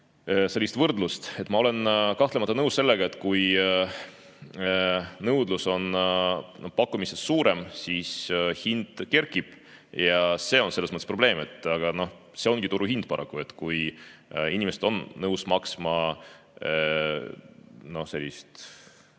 sellise võrdluse. Ma olen kahtlemata nõus sellega, et kui nõudlus on pakkumisest suurem, siis hind kerkib ja see on selles mõttes probleem. Aga see ongi turuhind paraku. Kui inimesed on nõus maksma kõrvalt